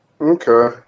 Okay